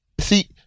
See